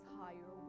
higher